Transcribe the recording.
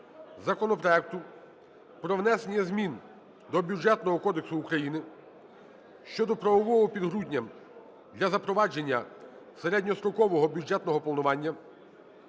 законопроекту про внесення змін до Бюджетного кодексу України (щодо правового підґрунтя для запровадження середньострокового бюджетного планування)